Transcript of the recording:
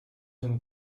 een